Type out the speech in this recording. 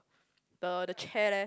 the the chair leh